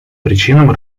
причинам